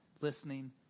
listening